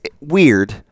weird